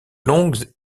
longues